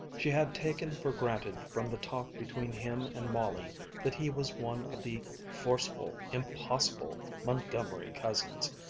she had taken for granted from the talk between him and molly that he was one of the forceful, impossible montgomery cousins,